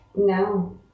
No